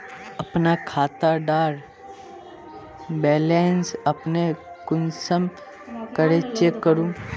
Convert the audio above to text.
अपना खाता डार बैलेंस अपने कुंसम करे चेक करूम?